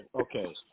Okay